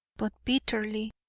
but bitterly,